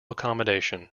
accommodation